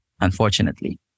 unfortunately